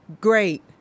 great